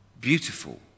Beautiful